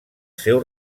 seu